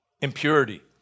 impurity